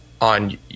on